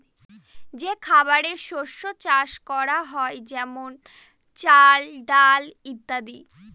যে খাবারের শস্য চাষ করা হয় যেমন চাল, ডাল ইত্যাদি